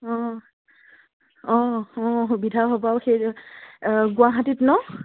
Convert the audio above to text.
অঁ অঁ অঁ সুবিধা হ'বাও সেই গুৱাহাটীত ন